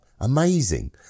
Amazing